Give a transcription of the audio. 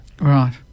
Right